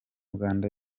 uganda